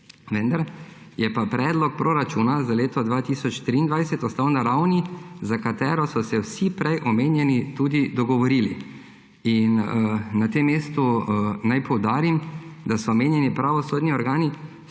Vendar je pa predlog proračuna za leto 2023 ostal na ravni, za katero so se vsi prej omenjeni tudi dogovorili. Na tem mestu naj poudarim, da so omenjeni pravosodni organi